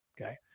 Okay